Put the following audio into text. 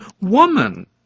woman